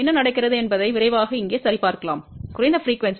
எனவே என்ன நடக்கிறது என்பதை விரைவாக இங்கே சரிபார்க்கலாம் குறைந்த அதிர்வெண்